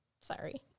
sorry